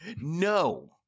No